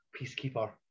peacekeeper